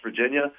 Virginia